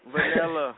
Vanilla